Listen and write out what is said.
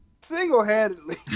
single-handedly